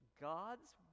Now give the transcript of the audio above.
God's